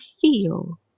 feel